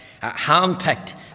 hand-picked